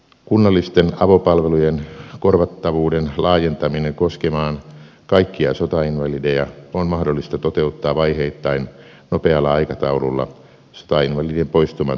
kunnallisten avopalvelujen korvattavuuden laajentaminen koskemaan kaikkia sotainvalideja on mahdollista toteuttaa vaiheittain nopealla aikataululla sotainvalidien poistuman tuomilla säästöillä